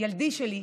ילדי שלי,